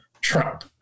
Trump